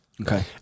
Okay